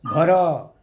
ଘର